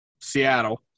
Seattle